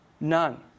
None